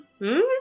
-hmm